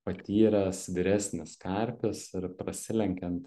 patyręs vyresnis karpis ir prasilenkiant